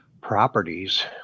properties